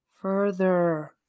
further